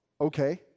okay